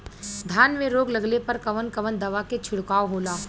धान में रोग लगले पर कवन कवन दवा के छिड़काव होला?